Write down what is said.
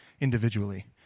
individually